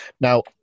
now